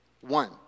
one